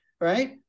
right